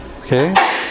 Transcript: okay